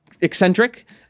eccentric